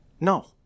no